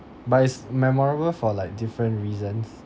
but it's memorable for like different reasons